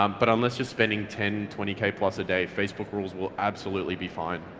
um but unless you're spending ten twenty k plus a day, facebook rules will absolutely be fine.